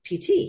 PT